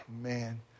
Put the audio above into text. man